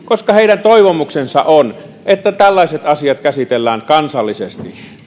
koska heidän toivomuksensa on että tällaiset asiat käsitellään kansallisesti